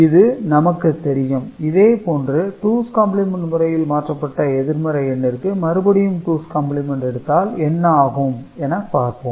இது நமக்கு தெரியும் இதேபோன்று டூஸ் காம்ப்ளிமென்ட் முறையில் மாற்றப்பட்ட எதிர்மறை எண்ணிற்கு மறுபடியும் டூஸ் காம்ப்ளிமென்ட் எடுத்தால் என்ன ஆகும் என பார்ப்போம்